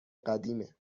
قدیمه